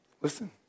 Listen